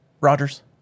Rogers